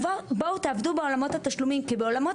בואו תעבדו בעולמות התשלומים כי בעולמות